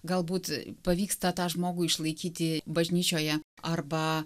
galbūt pavyksta tą žmogų išlaikyti bažnyčioje arba